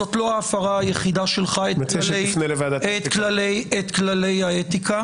זאת לא ההפרה היחידה שלך את כללי האתיקה.